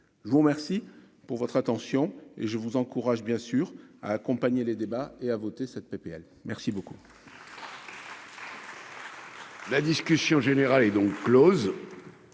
je vous remercie pour votre attention et je vous encourage bien sûr à accompagner les débats et a voté cette PPL merci beaucoup.